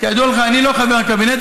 כידוע לך, אני לא חבר הקבינט.